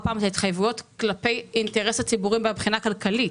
פעם את ההתחייבויות כלפי האינטרס הציבורי מהבחינה הכלכלית.